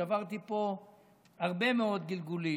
עברתי פה הרבה מאוד גלגולים,